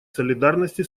солидарности